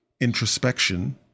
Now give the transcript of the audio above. introspection